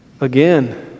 again